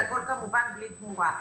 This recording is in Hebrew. הכול כמובן בלי תמורה.